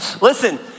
Listen